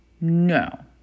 no